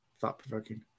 thought-provoking